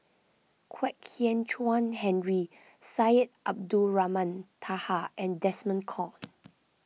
Kwek Hian Chuan Henry Syed Abdulrahman Taha and Desmond Kon